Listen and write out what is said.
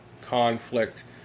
conflict